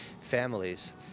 families